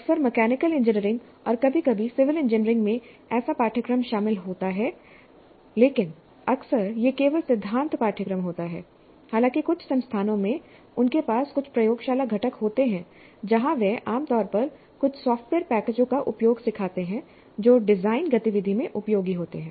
अक्सर mechanical engineering और कभी कभी सिविल इंजीनियरिंग में ऐसा पाठ्यक्रम शामिल होता है लेकिन अक्सर यह केवल सिद्धांत पाठ्यक्रम होता है हालांकि कुछ संस्थानों में उनके पास कुछ प्रयोगशाला घटक होते हैं जहां वे आम तौर पर कुछ सॉफ्टवेयर पैकेजों का उपयोग सिखाते हैं जो डिजाइन गतिविधि में उपयोगी होते हैं